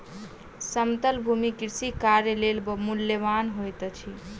समतल भूमि कृषि कार्य लेल मूल्यवान होइत अछि